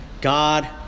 God